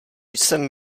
jsem